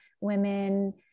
women